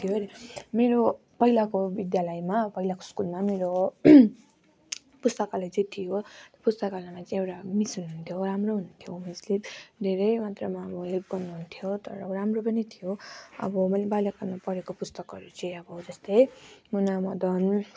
मेरो पहिलाको विद्यालयमा पहिलाको स्कुलमा मेरो पुस्तकालय चाहिँ थियो पुस्तकालयमा चाहिँ एउटा मिस हुनु हुन्थ्यो राम्रो हुनु हुन्थ्यो मिसले धेरै मात्रामा उयो हेल्प गर्नु हुन्थ्यो तर राम्रो पनि थियो अब मैले बाल्य कालमा पढेको पुस्तकहरू चाहिँ अब जस्तै मुना मदन